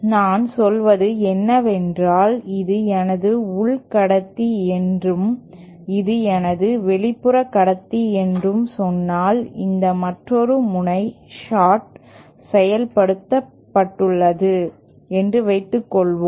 நான் சொல்வது என்னவென்றால் இது எனது உள் கடத்தி என்றும் இது எனது வெளிப்புறக் கடத்தி என்றும் சொன்னால் இந்த மற்றொரு முனை ஷார்ட் செய்யப்பட்டுள்ளது என்று வைத்துக்கொள்வோம்